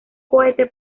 cohete